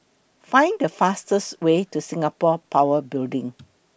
Find The fastest Way to Singapore Power Building